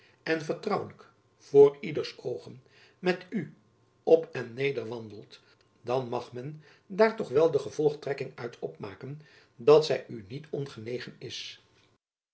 en vertrouwelijk voor ieders oogen met u op en neder wandelt dan mag men daar toch wel de gevolgtrekking uit op maken dat zy u niet ongenegen is